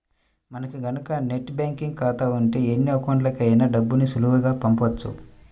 మనకి గనక net banking ఖాతా ఉంటే ఎన్ని అకౌంట్లకైనా డబ్బుని సులువుగా పంపొచ్చు